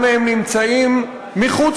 חנין.